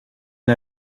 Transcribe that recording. une